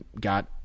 got